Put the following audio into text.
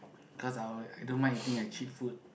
cause I will I don't mind eating like cheap food